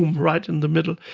um right in the middle.